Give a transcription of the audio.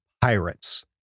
pirates